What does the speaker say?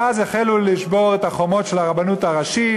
ואז החלו לשבור את החומות של הרבנות הראשית.